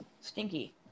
stinky